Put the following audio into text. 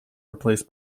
replaced